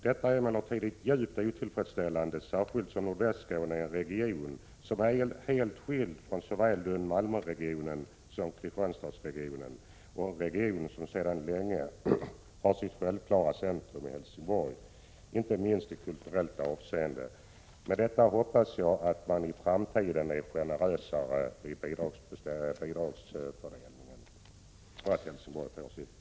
Detta är djupt otillfredsställande särskilt som nordvästra Skåne är helt skilt från såväl Lund—-Malmö-regionen som Kristianstadsregionen. 124 Regionen har sedan länge sitt självklara centrum i Helsingborg, inte minst i kulturellt avseende. Med det anförda hoppas jag att man i framtiden blir generösare mot — Prot. 1986/87:100 Helsingborgs museum i bidragshänseende. 2 april 1987